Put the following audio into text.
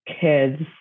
kids